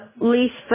least